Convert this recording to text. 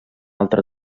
altra